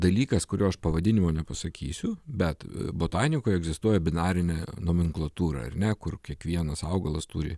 dalykas kurio aš pavadinimo nepasakysiu bet botanikoj egzistuoja binarinė nomenklatūra ne kur kiekvienas augalas turi